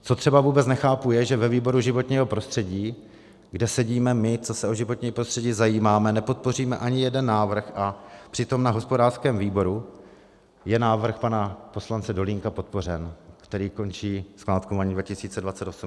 Co třeba vůbec nechápu, je, že ve výboru pro životní prostředí, kde sedíme my, co se o životní prostředí zajímáme, nepodpoříme ani jeden návrh, a přitom na hospodářském výboru je návrh pana poslance Dolínka podpořen, který končí skládkování 2028.